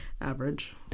Average